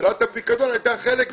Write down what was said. שאלת הפיקדון הייתה חלק מזה.